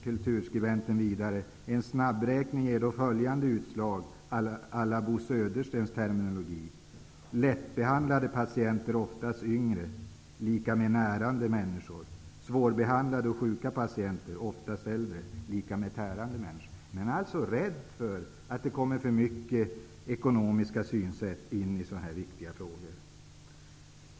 Kulturskribenten skriver vidare: En snabbräkning ger då följande utslag à la Bo Söderstens terminologi: Lättbehandlade patienter, oftast yngre, lika med närande människor. Svårbehandlade och sjuka patienter, oftast äldre, lika med tärande människor. Man är alltså rädd för att det blir för mycket av det ekonomiska synsättet i sådana här viktiga frågor.